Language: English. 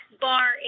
bar